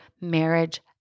marriage